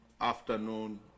afternoon